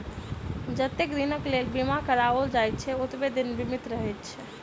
जतेक दिनक लेल बीमा कराओल जाइत छै, ओतबे दिन बीमित रहैत छै